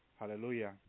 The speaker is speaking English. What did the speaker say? hallelujah